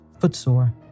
footsore